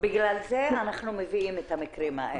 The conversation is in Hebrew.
בגלל זה אנחנו מביאים את המקרים האלה,